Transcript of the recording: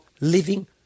living